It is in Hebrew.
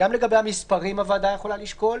גם לגבי המספרים הוועדה יכולה לשקול,